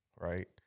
right